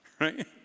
right